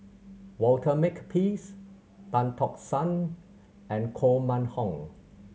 Walter Makepeace Tan Tock San and Koh Mun Hong